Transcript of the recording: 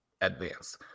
advance